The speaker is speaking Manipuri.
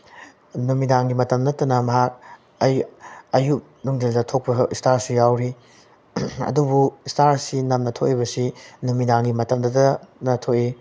ꯅꯨꯃꯤꯗꯥꯡꯒꯤ ꯃꯇꯝ ꯅꯠꯇꯅ ꯃꯍꯥꯛ ꯑꯌꯨꯛ ꯅꯨꯡꯊꯤꯜꯗ ꯊꯣꯛꯄ ꯏꯁꯇꯥꯔꯁꯨ ꯌꯥꯎꯔꯤ ꯑꯗꯨꯕꯨ ꯏꯁꯇꯥꯔꯁꯤ ꯅꯝꯅ ꯊꯣꯛꯏꯕꯁꯤ ꯅꯨꯃꯤꯗꯥꯡꯒꯤ ꯃꯇꯝꯗꯇꯅ ꯊꯣꯛꯏ